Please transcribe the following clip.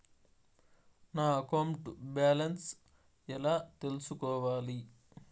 నా account balance ఎలా తెల్సుకోవాలి